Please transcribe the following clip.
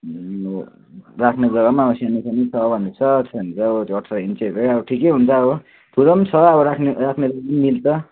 राख्ने जग्गा पनि अब सानो सानो छ भन्दैछ त्यसो भने चाहिँ अठार इन्चहरूकै ठिकै हुन्छ अब ठुलो पनि छ राख्ने जग्गा पनि मिल्छ